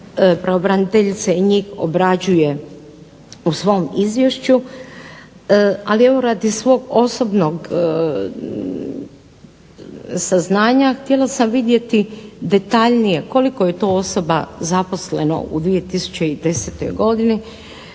Pravobraniteljica i njih obrađuje u svom izvješću, ali evo radi svog osobnog saznanja htjela sam vidjeti detaljnije koliko je to osoba zaposleno u 2010. godini.